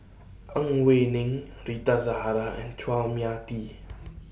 Ang Wei Neng Rita Zahara and Chua Mia Tee